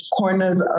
corners